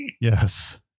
yes